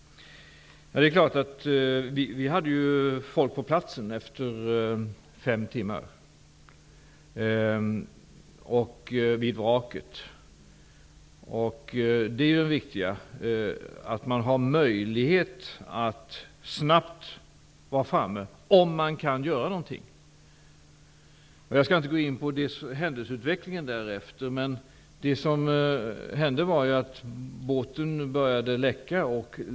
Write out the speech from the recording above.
Vi hade folk vid vraket efter fem timmar, och det viktiga är att man har möjlighet att snabbt vara framme -- om man kan göra någonting. Jag skall inte gå in på händelseutvecklingen därefter, men det som hände var ju att båten började läcka.